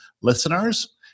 listeners